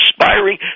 inspiring